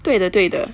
对的对的